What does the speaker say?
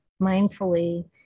mindfully